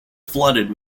flooded